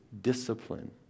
discipline